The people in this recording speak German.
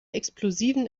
explosiven